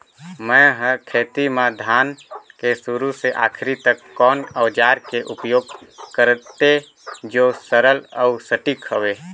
मै हर खेती म धान के शुरू से आखिरी तक कोन औजार के उपयोग करते जो सरल अउ सटीक हवे?